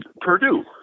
Purdue